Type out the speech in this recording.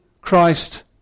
Christ